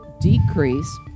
decrease